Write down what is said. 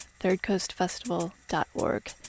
thirdcoastfestival.org